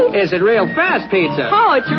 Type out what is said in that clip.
is it real bad pizza and